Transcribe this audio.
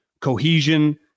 cohesion